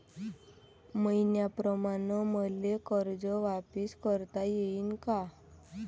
मईन्याप्रमाणं मले कर्ज वापिस करता येईन का?